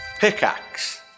Pickaxe